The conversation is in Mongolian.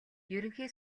ерөнхий